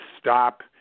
stop